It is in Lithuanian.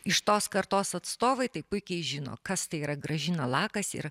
iš tos kartos atstovai taip puikiai žino kas tai yra gražina lakas ir